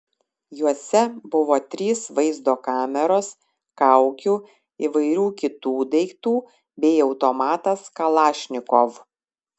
juose buvo trys vaizdo kameros kaukių įvairių kitų daiktų bei automatas kalašnikov